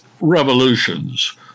revolutions